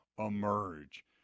emerge